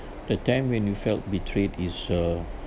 the time when you felt betrayed is uh